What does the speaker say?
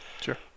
Sure